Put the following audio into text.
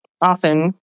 often